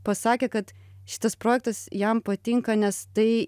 pasakė kad šitas projektas jam patinka nes tai